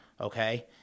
okay